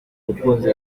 mukunzi